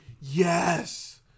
Yes